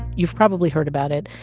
you've probably heard about it.